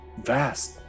vast